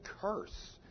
curse